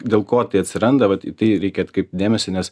dėl ko tai atsiranda vat į tai reikia atkreipti dėmesį nes